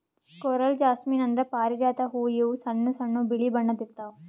coral jasmine ಅಂದ್ರ ಪಾರಿಜಾತ ಹೂವಾ ಇವು ಸಣ್ಣ್ ಸಣ್ಣು ಬಿಳಿ ಬಣ್ಣದ್ ಇರ್ತವ್